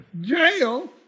Jail